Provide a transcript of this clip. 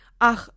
ach